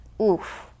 Oof